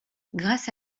grâce